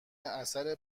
اثر